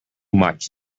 much